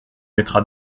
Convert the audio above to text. mettra